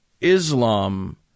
Islam